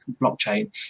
blockchain